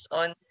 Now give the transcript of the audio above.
on